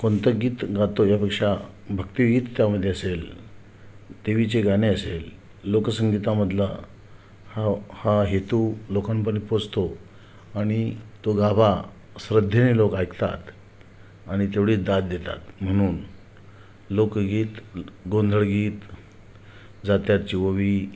कोणतं गीत गातो यापेक्षा भक्तीगीत त्यामध्ये असेल देवीचे गाणे असेल लोकसंगीतामधला हा हा हेतू लोकांपर्यंत पोचतो आणि तो गाभा श्रद्धेने लोक ऐकतात आणि तेवढीच दाद देतात म्हणून लोकगीत गोंधळ गीत जात्याची ओवी